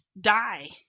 die